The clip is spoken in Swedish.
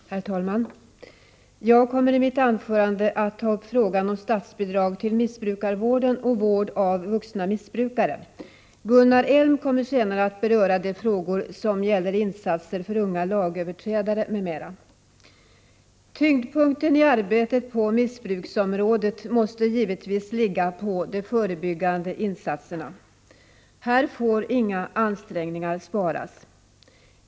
Herr talman! Jag kommer i mitt anförande att ta upp frågan om statsbidrag till missbrukarvården och frågan om vård av vuxna missbrukare. Gunnar Elm kommer senare att beröra de frågor som gäller insatser för unga lagöverträdare m.m. Tyngdpunkten i arbetet på missbruksområdet måste givetvis ligga på de förebyggande insatserna. Här får inga ansträngningar sparas.